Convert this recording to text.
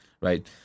right